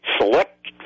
select